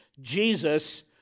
Jesus